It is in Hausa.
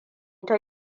ta